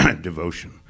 devotion